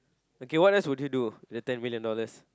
okay what else would you do the ten million dollars